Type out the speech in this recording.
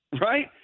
Right